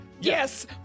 Yes